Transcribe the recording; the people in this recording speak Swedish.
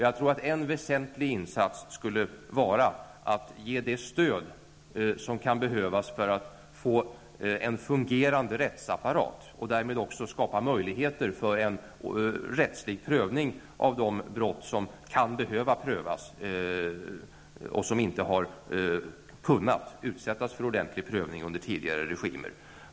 Jag tror att en väsentlig insats skulle vara att ge det stöd som kan behövas för att få en fungerande rättsapparat och därmed också skapa möjligheter för en rättslig prövning av de brott som kan behöva prövas och som inte har kunnat utsättas för ordentlig prövning under tidigare regimer.